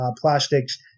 Plastics